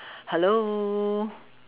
hello